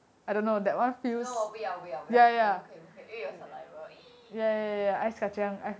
我不要我不要不可以不可以因为有 saliva !ee!